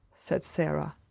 said sara.